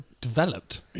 developed